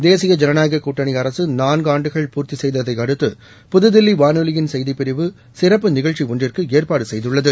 தேசிய ஜனநாயகக் கூட்டணி அரக நான்கு ஆண்டுகள் பூர்த்தி செய்ததையடுத்து புதுதில்லி வானொலியின் செய்திப்பிரிவு சிறப்பு நிகழ்ச்சி ஒன்றுக்கு ஏற்பாடு செய்துள்ளது